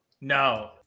no